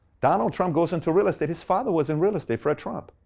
donald trump goes into real estate, his father was in real estate, fred trump.